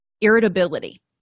irritability